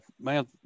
man